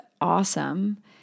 awesome